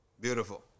Beautiful